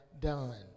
done